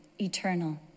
Eternal